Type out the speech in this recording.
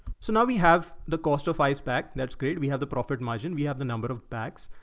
so now we have the cost of ice pack. that's great. we have the profit margin. we have the number of bags.